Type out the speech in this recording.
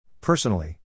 Personally